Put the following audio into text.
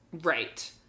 Right